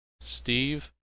Steve